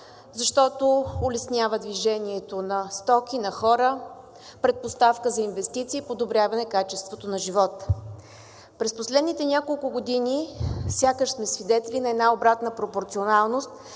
защото улеснява движението на стоки, на хора, предпоставка е за инвестиции и подобряване на качеството на живота. През последните няколко години сякаш сме свидетели на една обратна пропорционалност